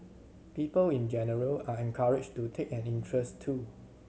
people in general are encouraged to take an interest too